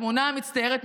התמונה המצטיירת,